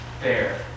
fair